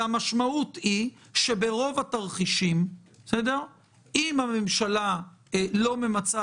המשמעות היא שברוב התרחישים אם הממשלה לא ממצה